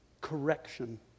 correction